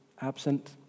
absent